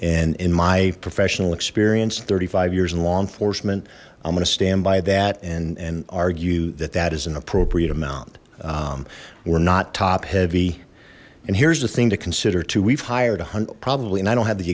and in my professional experience thirty five years in law enforcement i'm gonna stand by that and and argue that that is an appropriate amount we're not top heavy and here's the thing to consider we've hired probably and i don't have the